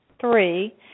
three